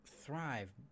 thrive